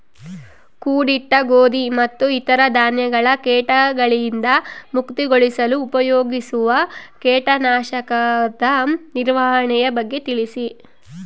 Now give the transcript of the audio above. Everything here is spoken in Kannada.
ಕೂಡಿಟ್ಟ ಗೋಧಿ ಮತ್ತು ಇತರ ಧಾನ್ಯಗಳ ಕೇಟಗಳಿಂದ ಮುಕ್ತಿಗೊಳಿಸಲು ಉಪಯೋಗಿಸುವ ಕೇಟನಾಶಕದ ನಿರ್ವಹಣೆಯ ಬಗ್ಗೆ ತಿಳಿಸಿ?